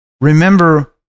remember